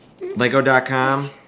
lego.com